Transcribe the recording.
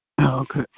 Okay